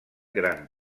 gran